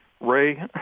Ray